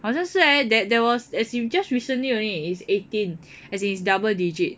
好像是 leh that there was as in just recently only it's eighteen as in is double digit